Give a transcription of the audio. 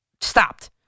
Stopped